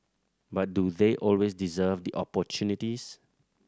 but do they always deserve the opportunities